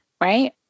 right